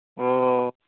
ꯑꯣ